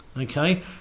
Okay